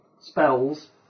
spells